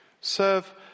Serve